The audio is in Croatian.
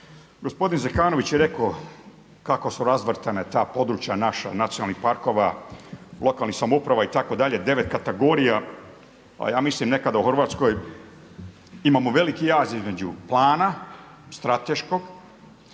gospodin Zekanović je rekao kako su …/Govornik se ne razumije./… ta područja naša, nacionalnih parkova, lokalnih samouprava itd., 9 kategorija a ja mislim nekada u Hrvatskoj, imamo veliki jaz između plana strateškog